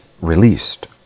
released